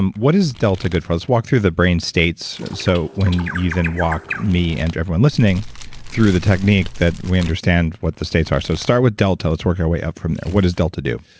and what is delta good for? let's walk through the brain states so even walk me and everyone listening through the technique that we understand what the states are. so start with delta. let's work our way up from there. what does delta do?